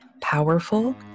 powerful